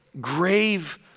grave